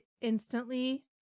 instantly